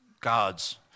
God's